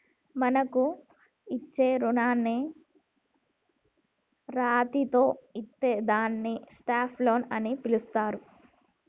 మనకు ఇచ్చే రుణాన్ని రాయితితో ఇత్తే దాన్ని స్టాప్ లోన్ అని పిలుత్తారు